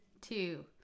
two